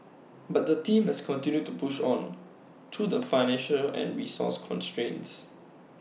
but the team has continued to push on through the financial and resource constraints